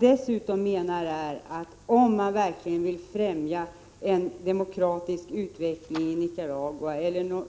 Dessutom menar jag, att om man verkligen vill ffträmja en demokratisk utveckling i Nicaragua eller en